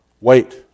Wait